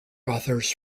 authors